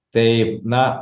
tai na